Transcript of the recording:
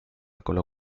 colo